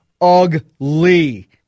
ugly